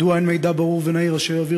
מדוע אין מידע ברור ונהיר אשר יבהיר